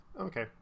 okay